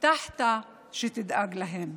הבטחת שתדאג להם.